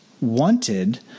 wanted